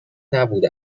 نبوده